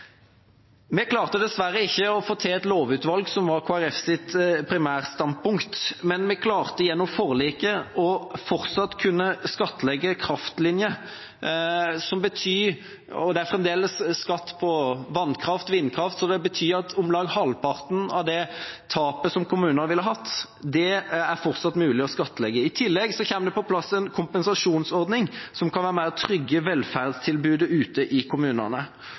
Vi klarte dessverre ikke å få til et lovutvalg, som var Kristelig Folkepartis primærstandpunkt, men vi klarte gjennom forliket fortsatt å kunne skattlegge kraftlinjer, og det er fremdeles skatt på vannkraft og vindkraft, og det betyr at om lag halvparten av det tapet kommunene ville hatt, fortsatt er mulig å skattlegge. I tillegg kommer det på plass en kompensasjonsordning som kan være med på å trygge velferdstilbudet ute i kommunene.